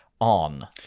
on